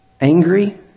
Angry